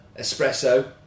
espresso